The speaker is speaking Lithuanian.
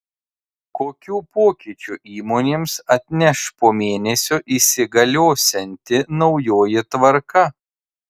kokių pokyčių įmonėms atneš po mėnesio įsigaliosianti naujoji tvarka